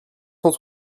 cent